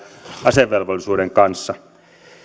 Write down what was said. asevelvollisuuden kanssa minulla